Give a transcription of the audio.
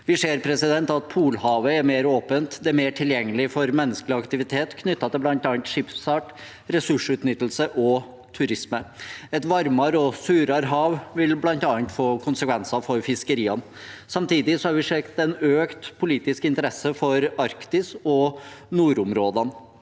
Vi ser at Polhavet er mer åpent. Det er mer tilgjengelig for menneskelig aktivitet knyttet til bl.a. skipsfart, ressursutnyttelse og turisme. Et varmere og surere hav vil bl.a. få konsekvenser for fiskeriene. Samtidig har vi sett en økt politisk interesse for Arktis og nordområdene.